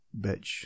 bitch